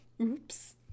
oops